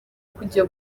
kujya